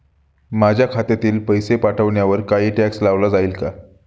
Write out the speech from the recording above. माझ्या खात्यातील पैसे पाठवण्यावर काही टॅक्स लावला जाईल का?